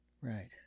Right